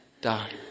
die